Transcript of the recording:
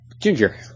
ginger